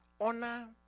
Honor